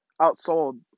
outsold